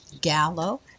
Gallo